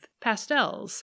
pastels